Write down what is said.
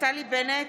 נפתלי בנט,